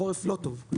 חורף לא טוב,